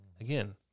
Again